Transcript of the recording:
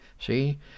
see